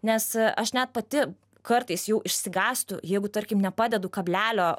nes aš net pati kartais jau išsigąstų jeigu tarkim nepadedu kablelio